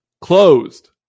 Closed